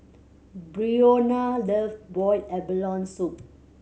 Breonna love boiled abalone soup